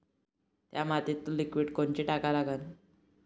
थ्या मातीत लिक्विड कोनचं टाका लागन?